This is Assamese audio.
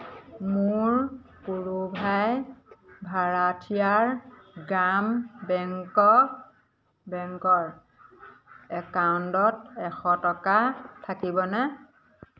মোৰ পুড়ুভাই ভাৰাঠিয়াৰ গ্ৰাম বেংকৰ বেংকৰ একাউণ্টত এশ টকা থাকিবনে